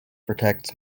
protects